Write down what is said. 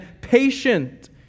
patient